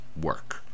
work